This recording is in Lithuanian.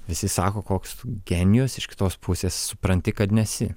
visi sako koks tu genijus iš kitos pusės supranti kad nesi